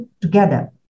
together